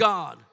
God